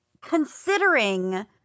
considering